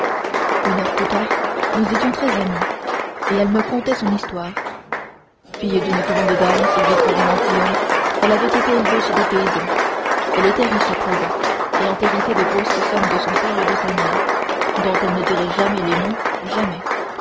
une heure plus tard nous étions très amis et elle me contait son histoire fille d'une grande dame séduite par un gentilhomme elle avait été élevée chez des paysans elle était riche à présent ayant hérité de grosses sommes de son père et de sa mère dont elle ne dirait jamais les noms jamais